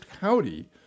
County